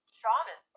shaman